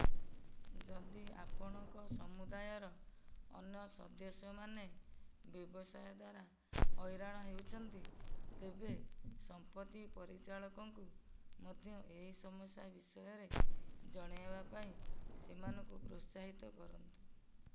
ଯଦି ଆପଣଙ୍କ ସମୁଦାୟର ଅନ୍ୟ ସଦସ୍ୟମାନେ ବ୍ୟବସାୟ ଦ୍ଵାରା ହଇରାଣ ହେଉଛନ୍ତି ତେବେ ସମ୍ପତ୍ତି ପରିଚାଳକଙ୍କୁ ମଧ୍ୟ ଏହି ସମସ୍ୟା ବିଷୟରେ ଜଣାଇବା ପାଇଁ ସେମାନଙ୍କୁ ପ୍ରୋତ୍ସାହିତ କରନ୍ତୁ